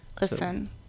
Listen